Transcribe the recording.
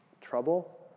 trouble